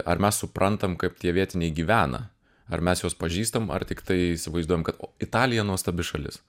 ar mes suprantam kaip tie vietiniai gyvena ar mes juos pažįstam ar tiktai įsivaizduojam kad o italija nuostabi šalis